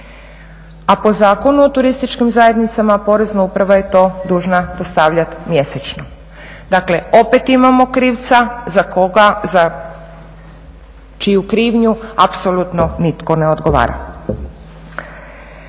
A po Zakonu o turističkim zajednicama Porezna uprava je to dužna dostavljati mjesečno. Dakle, opet imamo krivca za koga, za čiju krivnju apsolutno nitko ne odgovara.